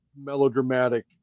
melodramatic